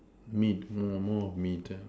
meat more more of meat ah